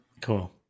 cool